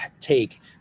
take